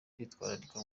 kwitwararika